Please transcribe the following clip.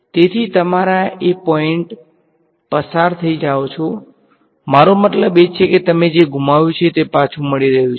તેથી તમારા એ પોઈંટ પસાર થઈ જાવો છો મારો મતલબ છે કે તમે જે ગુમાવ્યુ તે પાછુ મળી રહ્યું છે